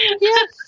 yes